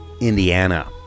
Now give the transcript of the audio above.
Indiana